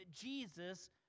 Jesus